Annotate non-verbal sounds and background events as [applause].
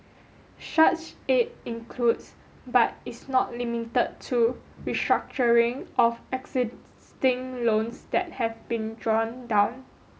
such aid includes but is not limited to restructuring of [unintelligible] loans that have been drawn down